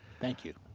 thank you.